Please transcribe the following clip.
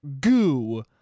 goo